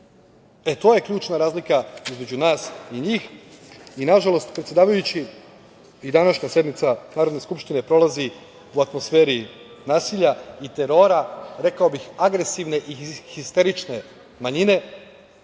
To je ključna razlika između nas i njih. Nažalost, predsedavajući, i današnja sednica Narodne skupštine prolazi u atmosferi nasilja i terora, rekao bih agresivne i histerične manjine